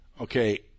Okay